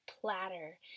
platter